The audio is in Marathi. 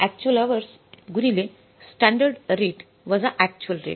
अक्चुअल हवर्स गुणिले स्टँडर्ड रेट वजा अक्चुअल रेट